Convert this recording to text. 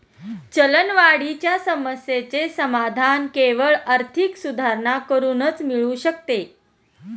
चलनवाढीच्या समस्येचे समाधान केवळ आर्थिक सुधारणा करूनच मिळू शकते